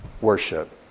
worship